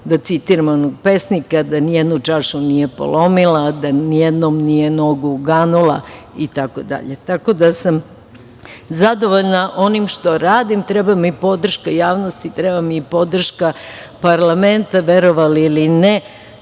da citiram onog pesnika - da nijednu čašu nije polomila, da nijednom nije nogu uganula, itd. Ja sam zadovoljna onim što radim. Treba mi podrška javnosti, treba mi i podrška parlamenta, verovali ili ne,